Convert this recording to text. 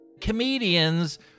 Comedians